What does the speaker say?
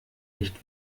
nicht